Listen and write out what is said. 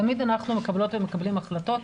תמיד אנחנו מקבלות ומקבלים החלטות.